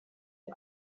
die